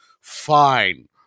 Fine